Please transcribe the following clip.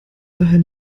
daher